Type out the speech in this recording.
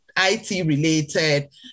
IT-related